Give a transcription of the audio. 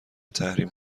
تحریم